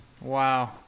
Wow